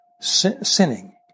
sinning